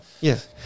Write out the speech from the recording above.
Yes